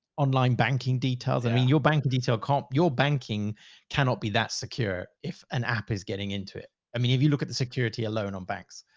online banking details. i mean, your banking, detailed comp, your banking cannot be that secure if an app is getting into it. i mean, if you look at the security alone on banks,